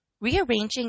rearranging